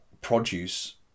produce